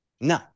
No